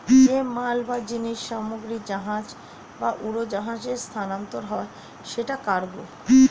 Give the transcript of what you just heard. যে মাল বা জিনিস সামগ্রী জাহাজ বা উড়োজাহাজে স্থানান্তর হয় সেটা কার্গো